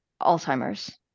Alzheimer's